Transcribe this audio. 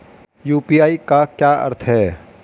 UPI का क्या अर्थ है?